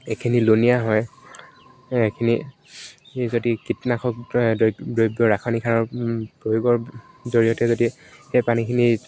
এইখিনি লুণিয়া হয় এইখিনি যদি কীটনাশক দ্ৰব্য দ্ৰব্য ৰাসায়নিক সাৰৰ প্ৰয়োগৰ জৰিয়তে যদি সেই পানীখিনি